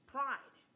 Pride